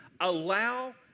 Allow